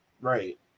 right